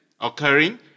occurring